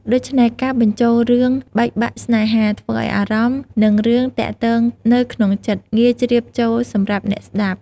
ដូច្នេះ ការបញ្ជូលរឿងបែកបាក់ស្នេហា ធ្វើឲ្យអារម្មណ៍ និងរឿងទាក់ទងនៅក្នុងចិត្ត ងាយជ្រាបចូលសម្រាប់អ្នកស្តាប់។